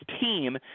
team